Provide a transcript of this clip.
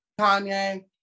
Kanye